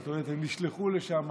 כלומר הם נשלחו לשם